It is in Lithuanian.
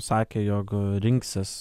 sakė jog rinksis